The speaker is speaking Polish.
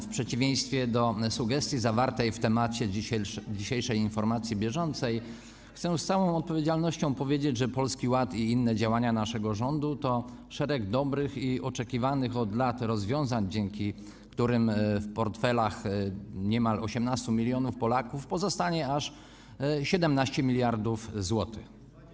W przeciwieństwie do sugestii zawartej w temacie dzisiejszej informacji bieżącej chcę z całą odpowiedzialnością powiedzieć, że Polski Ład i inne działania naszego rządu to szereg dobrych i oczekiwanych od lat rozwiązań, dzięki którym w portfelach niemal 18 mln Polaków pozostanie aż 17 mld zł.